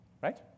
Right